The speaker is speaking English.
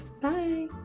Bye